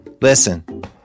listen